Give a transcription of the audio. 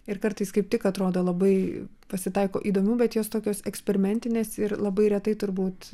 ir kartais kaip tik atrodo labai pasitaiko įdomių bet jos tokios eksperimentinės ir labai retai turbūt